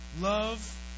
Love